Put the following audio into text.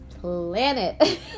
planet